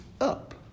up